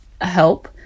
help